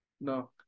no